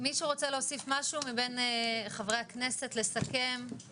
מישהו רוצה להוסיף משהו מבין חברי הכנסת, לסכם?